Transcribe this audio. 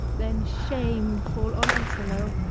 then shame fall on asolo,